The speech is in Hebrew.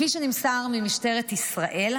כפי שנמסר ממשטרת ישראל,